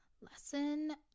Lesson